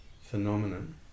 phenomenon